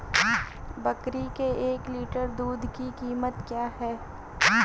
बकरी के एक लीटर दूध की कीमत क्या है?